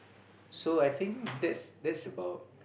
so I think that's that's about